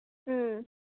ꯎꯝ